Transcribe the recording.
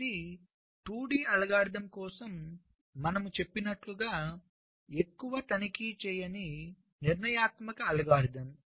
ఇది 2 D algorithm కోసం మనము చెప్పినట్లుగా ఎక్కువ తనిఖీ చేయని నిర్ణయాత్మక అల్గోరిథం